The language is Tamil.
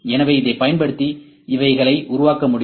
எனவே இதைப் பயன்படுத்தி இவைகளை உருவாக்க முடியும்